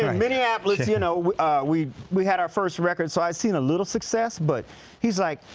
and minneapolis, you know we we had our first record so i seen a little success but he's like,